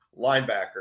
linebacker